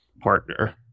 partner